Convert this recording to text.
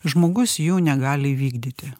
žmogus jų negali įvykdyti